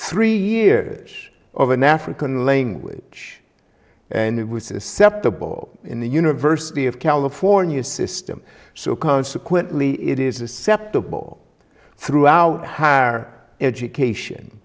three years of an african language and it was a scepter ball in the university of california system so consequently it is a septa ball throughout how our education